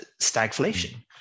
stagflation